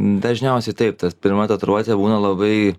dažniausiai taip tas pirma tatuiruotė būna labai